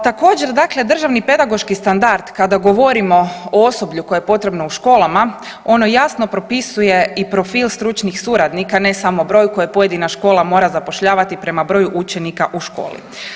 Također dakle državni pedagoški standard kada govorimo o osoblju koje je potrebno u školama, ono jasno propisuje i profil stručnih suradnika, ne samo broju koje pojedina škola mora zapošljavati prema broju učenika u školi.